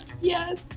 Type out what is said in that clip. Yes